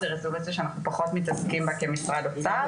זו רזולוציה שאנחנו פחות מתעסקים בה כמשרד אוצר.